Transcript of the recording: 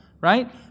right